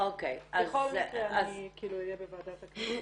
בכל מקרה אני אהיה בוועדת הכנסת.